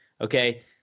Okay